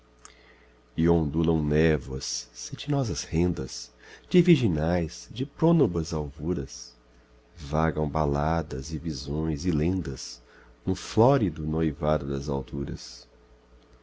e ondulam névoas cetinosas rendas de virginais de prônubas alvuras vagam baladas e visões e lendas no flórido noivado das alturas